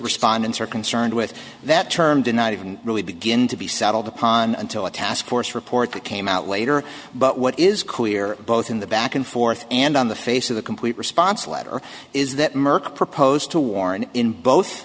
respondents are concerned with that term denied even really begin to be settled upon until the task force report that came out later but what is clear both in the back and forth and on the face of the complete response letter is that merck proposed to warn in both